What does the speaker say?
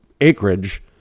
acreage